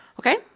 Okay